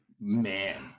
man